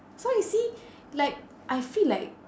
so I see like I feel like